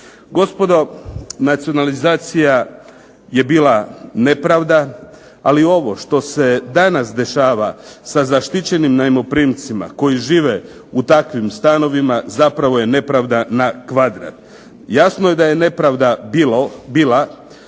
Gospodo, nacionalizacija je bila nepravda, ali ovo što se danas dešava sa zaštićenim najmoprimcima koji žive u takvim stanovima zapravo je nepravda na kvadrat. Jasno je da je nepravda bila